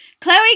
Chloe